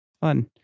Fun